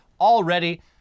already